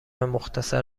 مختصر